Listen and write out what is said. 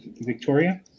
Victoria